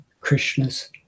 Krishna's